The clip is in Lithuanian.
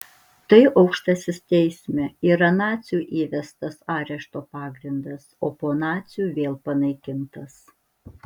tai aukštasis teisme yra nacių įvestas arešto pagrindas o po nacių vėl panaikintas